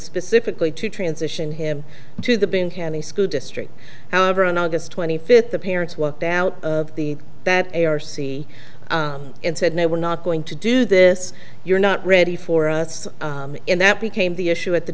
specifically to transition him to the bin hammam school district however on august twenty fifth the parents walked out of the bat a r c and said no we're not going to do this you're not ready for us and that became the issue at the